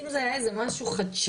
אם זה היה איזה משהו חדשני,